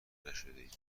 نشدهاید